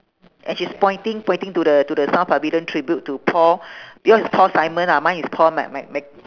and she's pointing pointing to the to the south pavilion tribute to paul yours is paul simon lah mine is paul mc~ mc~ mc~